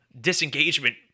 disengagement